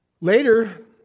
Later